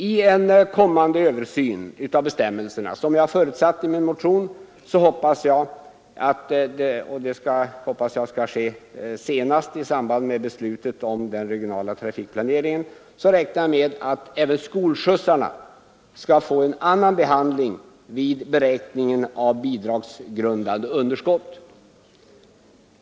I en kommande översyn av bestämmelserna, som jag hoppas skall ske senast i samband med beslutet om den regionala trafikplaneringen, räknar jag med — vilket jag också förutsätter i min motion — att även skolskjutsarna får en annan behandling vid beräkningen av bidragsgrundande underskott.